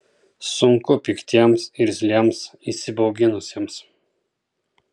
sunku piktiems irzliems įsibauginusiems